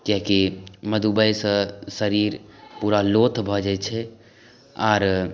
किएकि मधुमेहसँ शरीर पूरा लोथ भऽ जाइ छै आर